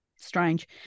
Strange